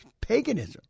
paganism